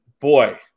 boy